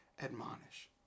admonish